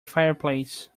fireplace